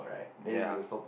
ya